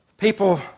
People